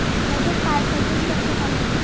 Credit card का use कैसे करें?